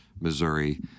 Missouri